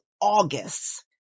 August